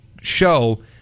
show